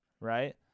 right